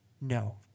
No